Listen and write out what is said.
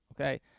Okay